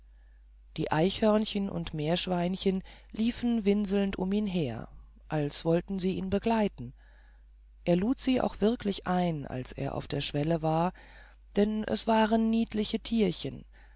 die eichhörnchen und meerschweinchen liefen winselnd um ihn her als wollten sie ihn begleiten er lud sie auch wirklich ein als er auf der schwelle war denn es waren niedliche tierchen